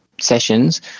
sessions